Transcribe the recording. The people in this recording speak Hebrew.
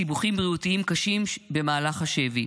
סיבוכים בריאותיים קשים במהלך השבי.